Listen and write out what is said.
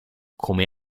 come